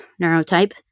neurotype